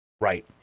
Right